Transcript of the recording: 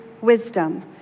wisdom